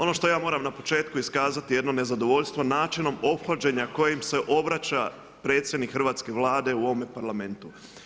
Ono što ja moram na početku iskazati jedno nezadovoljstvo načinom ophođenja kojim se obraća predsjednik hrvatske Vlade u ovome Parlamentu.